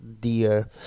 dear